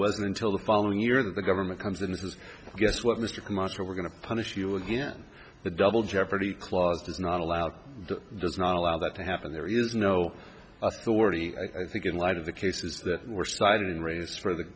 wasn't until the following year that the government comes in this is guess what mr much we're going to punish you again the double jeopardy clause does not allow does not allow that to happen there is no authority i think in light of the cases that were cited and raised for them